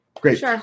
Great